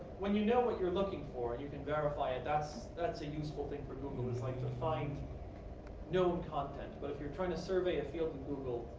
when you know what you're looking for, and you can verify it. that's that's a useful thing for google is like to find known content. but if you're trying to survey a field in google,